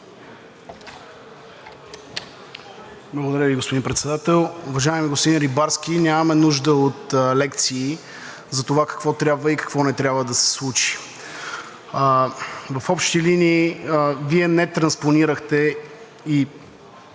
Благодаря Ви, господин Председател. Уважаеми господин Рибарски, нямаме нужда от лекции за това какво трябва и какво не трябва да се случи. В общи линии Вие не транспонирахте,